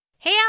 Hey